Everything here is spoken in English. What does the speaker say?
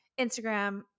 Instagram